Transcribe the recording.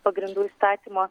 pagrindų įstatymo